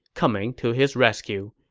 coming to his rescue.